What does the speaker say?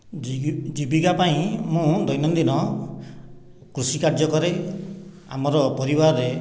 ଜୀବିକା ପାଇଁ ମୁଁ ଦୈନନ୍ଦିନ କୃଷି କାର୍ଯ୍ୟ କରେ ଆମର ପରିବାରରେ